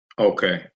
Okay